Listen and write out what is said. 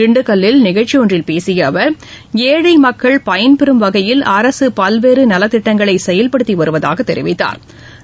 திண்டுக்கல்லில் நிகழ்ச்சி ஒன்றில் பேசிய அவர் ஏழை மக்கள் பயன்பெறும் வகையில் அரசு பல்வேறு நலத்திட்டங்களை செயல்படுத்தி வருவதாகத் தெரிவித்தாா்